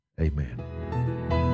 amen